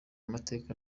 mateka